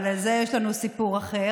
אבל על זה יש לנו סיפור אחר.